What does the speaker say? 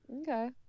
Okay